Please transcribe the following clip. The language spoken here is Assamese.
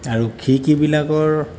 আৰু খিৰিকিবিলাকৰ